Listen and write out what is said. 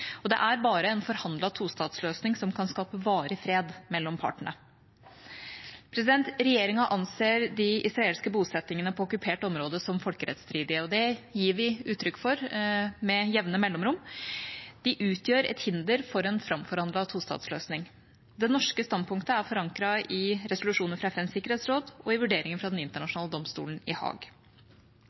regjeringa. Det er bare en forhandlet tostatsløsning som kan skape varig fred mellom partene. Regjeringa anser de israelske bosettingene på okkupert område som folkerettsstridige, og det gir vi uttrykk for med jevne mellomrom. De utgjør et hinder for en framforhandlet tostatsløsning. Det norske standpunktet er forankret i resolusjoner fra FNs sikkerhetsråd og i vurderingen fra Den internasjonale domstolen i